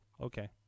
okay